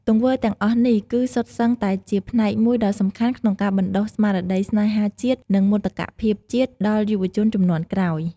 ទង្វើទាំងអស់នេះគឺសុទ្ធសឹងតែជាផ្នែកមួយដ៏សំខាន់ក្នុងការបណ្តុះស្មារតីស្នេហាជាតិ និងមោទកភាពជាតិដល់យុវជនជំនាន់ក្រោយ។